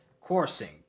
coursing